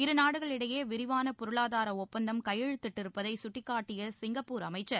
இருநாடுகளிடையே விரிவான பொருளாதார ஒப்பந்தம் கையெழுத்திடப்பட்டிருப்பதை கட்டிக்காட்டிய சிங்கப்பூர் அமைச்சர்